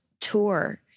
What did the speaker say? tour